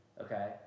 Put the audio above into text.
Okay